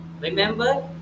Remember